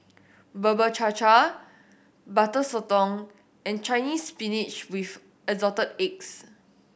Bubur Cha Cha Butter Sotong and Chinese Spinach with Assorted Eggs